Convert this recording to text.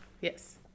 Yes